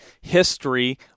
history